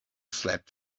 slept